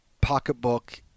pocketbook